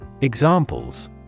Examples